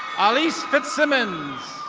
alice fitzsimmons.